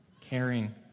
caring